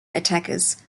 attackers